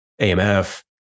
AMF